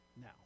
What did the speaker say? now